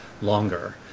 longer